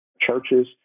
churches